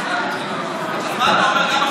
אז מה אתה אומר?